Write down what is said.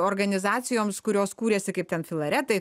organizacijoms kurios kūrėsi kaip ten filaretai